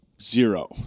zero